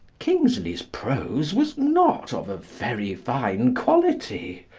kingsley's prose was not of a very fine quality.